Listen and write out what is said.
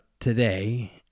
today